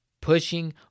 pushing